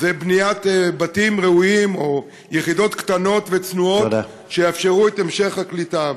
זה בניית בתים ראויים או יחידות קטנות וצנועות שיאפשרו את המשך הקליטה.